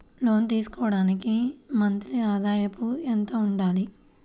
లోను తీసుకోవడానికి మంత్లీ ఆదాయము ఎంత ఉండాలి?